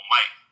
Mike